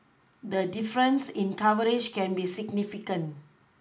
the difference in coverage can be significant